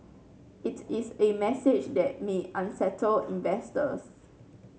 it is a message that may unsettle investors